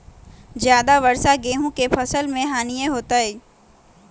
ज्यादा वर्षा गेंहू के फसल मे हानियों होतेई?